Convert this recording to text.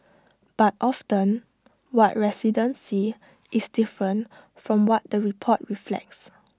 but often what residents see is different from what the report reflects